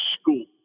school